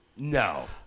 No